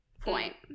point